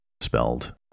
spelled